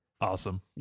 Awesome